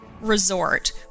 resort